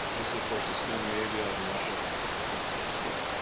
um this, of course, is scandinavia and russia back over here.